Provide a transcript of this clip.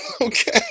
Okay